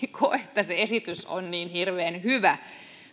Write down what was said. koe että se esitys on niin hirveän hyvä